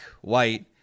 White